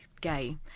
gay